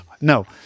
No